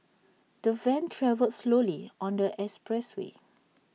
the van travelled slowly on the express way